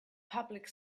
public